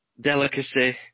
delicacy